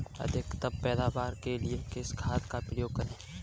अधिकतम पैदावार के लिए किस खाद का उपयोग करें?